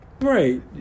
Right